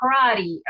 karate